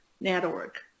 network